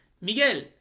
Miguel